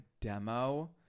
demo